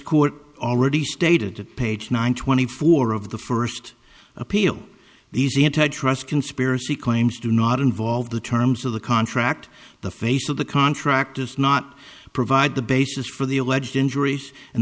court already stated page nine twenty four of the first appeal these antitrust conspiracy claims do not involve the terms of the contract the face of the contract does not provide the basis for the alleged injuries and